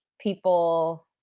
people